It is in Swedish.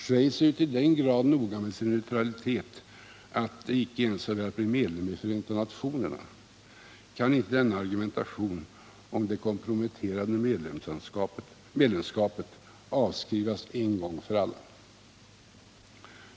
Schweiz är ju till den grad noga med sin neutralitet att det icke ens har velat bli medlem i Förenta nationerna. Kan inte denna argumentation om det komprometterande medlemskapet avskrivas en gång för alla?